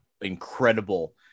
incredible